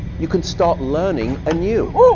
you can start learning anew.